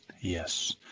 Yes